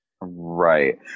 Right